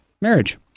marriage